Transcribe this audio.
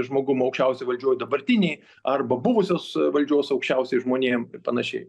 žmogum aukščiausioj valdžioj dabartinėj arba buvusios valdžios aukščiausiais žmonėm panašiai